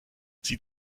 sie